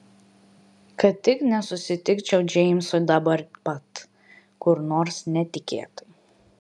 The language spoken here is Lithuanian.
kad tik nesusitikčiau džeimso dabar pat kur nors netikėtai